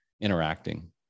interacting